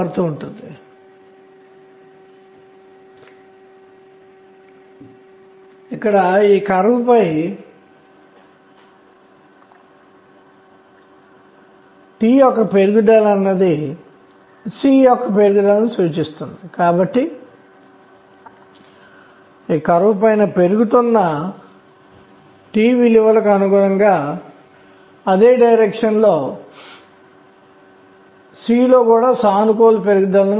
ఎందుకంటే ఒక కణానికి అత్యల్ప యాంగులార్ మొమెంటం కోణీయ ద్రవ్యవేగం h2π అని బోర్ మోడల్ చెబుతుంది